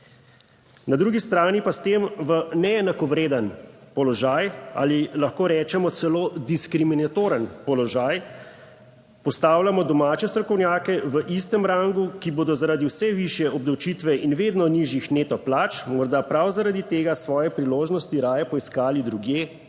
Na drugi strani pa s tem v neenakovreden položaj ali lahko rečemo celo diskriminatoren položaj postavljamo domače strokovnjake v istem rangu, ki bodo, zaradi vse višje obdavčitve in vedno nižjih neto plač morda prav, zaradi tega svoje priložnosti raje poiskali drugje